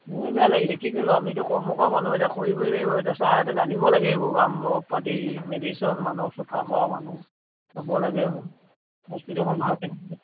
মোৰে বেয়া লাগিছে কি কৰিব আমিতো কৰ্ম কৰা মানুহ এতিয়া কৰিবই লাগিব এটা ছাৰহঁতে জানিব লাগে এইবোৰ দৰৱ পাতি মেডিচন মানুহ চফা কৰা মানুহ হ'ব লাগে হস্পিটেলখন ভাল